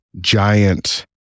giant